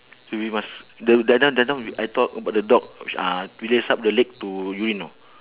we must the the other time the other time we I talk about the dog uh to raise up the leg to urine know